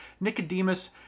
Nicodemus